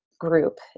group